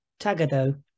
Tagado